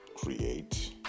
Create